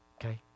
okay